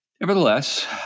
Nevertheless